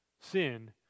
Sin